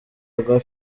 rwa